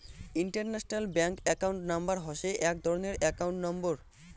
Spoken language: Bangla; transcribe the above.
ইন্টারন্যাশনাল ব্যাংক একাউন্ট নাম্বার হসে এক ধরণের একাউন্ট নম্বর